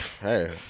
hey